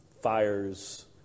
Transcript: fires